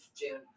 June